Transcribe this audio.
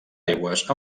aigües